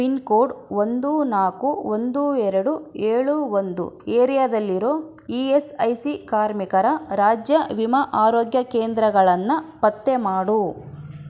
pin code ಒಂದು ನಾಲ್ಕು ಒಂದು ಎರಡು ಏಳು ಒಂದು ಏರಿಯಾದಲ್ಲಿರೋ ಇ ಎಸ್ ಐ ಸಿ ಕಾರ್ಮಿಕರ ರಾಜ್ಯ ವಿಮಾ ಆರೋಗ್ಯ ಕೇಂದ್ರಗಳನ್ನು ಪತ್ತೆ ಮಾಡು